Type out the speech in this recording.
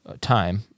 time